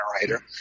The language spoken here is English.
generator